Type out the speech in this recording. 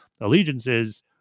allegiances